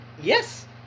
Yes